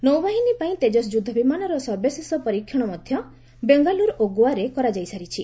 ନୌବାହିନୀ ପାଇଁ ତେଜସ୍ ଯୁଦ୍ଧବିମାନର ସର୍ବଶେଷ ପରୀକ୍ଷଣ ମଧ୍ୟ ବେଙ୍ଗାଲୁରୁ ଓ ଗୋଆରେ କରାଯାଇ ସାରିଛି